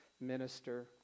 minister